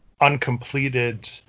uncompleted